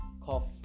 Cough